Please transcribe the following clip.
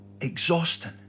exhausting